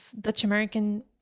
Dutch-American